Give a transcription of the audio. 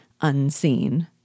unseen